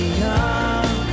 young